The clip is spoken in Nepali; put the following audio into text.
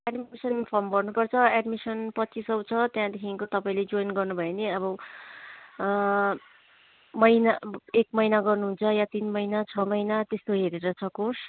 एडमिसन फर्म भर्नुपर्छ एडमिसन पच्चिस सौ छ त्यहाँदेखिको तपाईँले जोइन गर्नुभयो भने अब महिना एक महिना गर्नुहुन्छ या तिन महिना छ महिना त्यस्तो हेरेर छ कोर्स